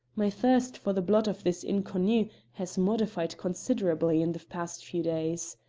my thirst for the blood of this inconnu has modified considerably in the past few days.